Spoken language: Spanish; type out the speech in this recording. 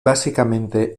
básicamente